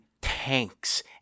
tanks